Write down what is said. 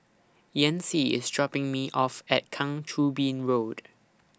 Yancy IS dropping Me off At Kang Choo Bin Road